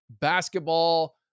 basketball